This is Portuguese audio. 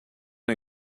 não